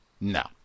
No